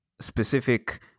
specific